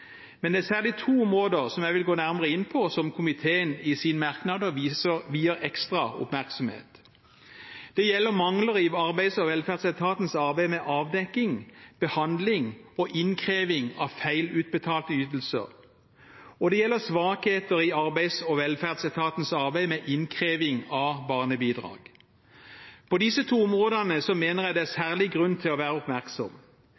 Men det er særlig to områder jeg vil gå nærmere inn på, og som komiteen i sine merknader vier ekstra oppmerksomhet. Det gjelder mangler i Arbeids- og velferdsetatens arbeid med avdekking, behandling og innkreving av feilutbetalte ytelser, og det gjelder svakheter i Arbeids- og velferdsetatens arbeid med innkreving av barnebidrag. På disse to områdene mener jeg det er